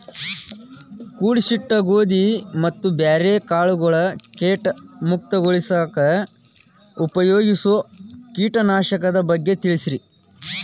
ಕೂಡಿಸಿಟ್ಟ ಗೋಧಿ ಮತ್ತ ಬ್ಯಾರೆ ಕಾಳಗೊಳ್ ಕೇಟ ಮುಕ್ತಗೋಳಿಸಾಕ್ ಉಪಯೋಗಿಸೋ ಕೇಟನಾಶಕದ ಬಗ್ಗೆ ತಿಳಸ್ರಿ